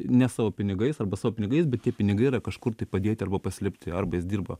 ne savo pinigais arba savo pinigais bet tie pinigai yra kažkur tai padėti arba paslėpti arba jis dirba